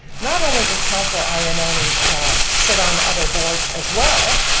not only does councilor ioannoni sit on other boards as well,